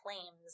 claims